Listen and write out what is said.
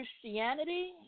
Christianity